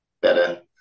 better